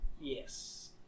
Yes